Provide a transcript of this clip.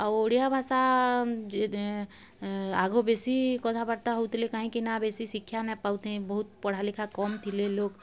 ଆଉ ଓଡ଼ିଆ ଭାଷା ଆଗ ବେଶୀ କଥାବାର୍ତ୍ତା ହଉଥିଲେ କାହିଁକିନା ବେଶୀ ଶିକ୍ଷା ନାଇଁ ପାଉଥେଁ ବହୁତ୍ ପଢ଼ା ଲେଖା କମ୍ ଥିଲେ ଲୋକ୍